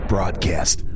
broadcast